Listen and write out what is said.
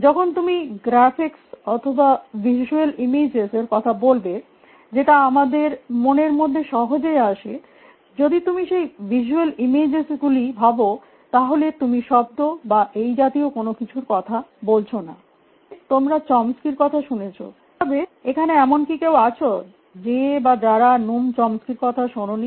এখন তুমি গ্রাফিক্সস অথবা ভিসুয়াল ইমেজস্ এর কথা বলবে যেটা আমাদের মনের মধ্যে সহজেই আসে যদি তুমি সেই ভিসুয়াল ইমেজস্ গুলি ভাব তাহলে তুমি শব্দ বা এই জাতীয় কোনো কিছুর কথা বলছ না আকর্ষণীয়ভাবে তোমরা চমক্সি র কথা শুনেছএখানে এমন কেউ কি আছ যে বা যারা নুম চমক্সি র কথা শোনোনি